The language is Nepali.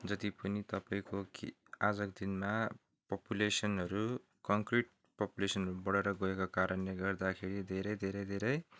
जति पनि तपाईँको के आजको दिनमा पपुलेसनहरू कङ्क्रिट पपुलेसनहरू बढेर गएको कारणले गर्दाखेरि धेरै धेरै धेरै